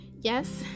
Yes